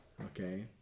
Okay